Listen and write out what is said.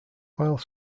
while